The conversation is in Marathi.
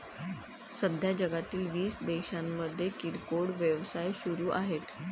सध्या जगातील वीस देशांमध्ये किरकोळ व्यवसाय सुरू आहेत